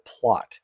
plot